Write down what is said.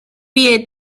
pie